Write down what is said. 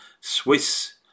Swiss